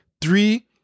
three